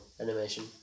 animation